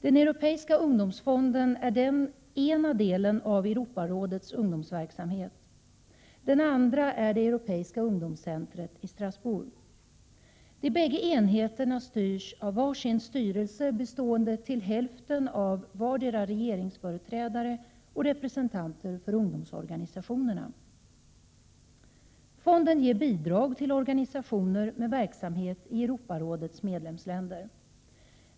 Den Europeiska ungdomsfonden är den ena delen av Europarådets ungdomsverksamhet. Den andra är det Europeiska ungdomscentret i Strasbourg. De bägge enheterna styrs av var sin styrelse bestående till hälften av regeringsföreträdare och till hälften av representanter för ungdomsorganisationerna. Fonden ger bidrag till organisationer med verksamhet i Europarådets medlemsländer.